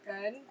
good